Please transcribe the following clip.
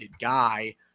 guy